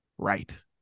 right